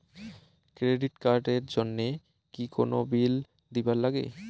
Credit card এর জন্যে কি কোনো বিল দিবার লাগে?